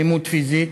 אלימות פיזית,